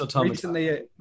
recently